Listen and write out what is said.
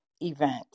event